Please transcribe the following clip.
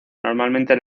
normalmente